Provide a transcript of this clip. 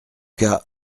cas